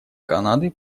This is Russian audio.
канады